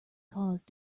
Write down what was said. cause